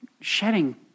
shedding